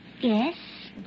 yes